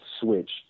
switch